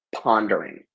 pondering